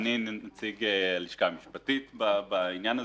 בעניין הזה,